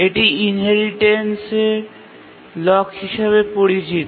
এটি inheritance lock হিসাবে পরিচিত